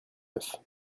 neuf